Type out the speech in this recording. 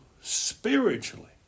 spiritually